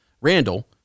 Randall